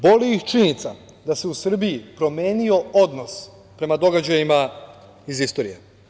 Boli ih činjenica da se u Srbiji promenio odnos prema događajima iz istorije.